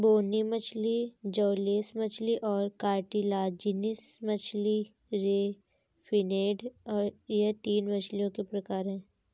बोनी मछली जौलेस मछली और कार्टिलाजिनस मछली रे फिनेड यह तीन मछलियों के प्रकार है